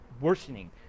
worsening